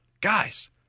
Guys